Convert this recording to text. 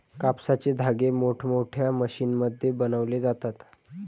कापसाचे धागे मोठमोठ्या मशीनमध्ये बनवले जातात